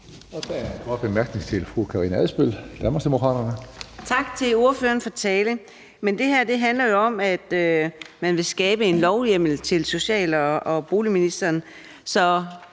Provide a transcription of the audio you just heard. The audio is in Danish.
Tak til ordføreren for talen. Men det her handler jo om, at man vil skabe en lovhjemmel til social- og boligministeren,